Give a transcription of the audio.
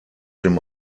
dem